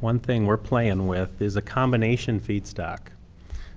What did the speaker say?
one thing we're playing with is a combination feedstock